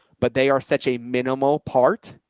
but they are such a minimal part,